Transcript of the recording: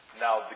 Now